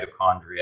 mitochondria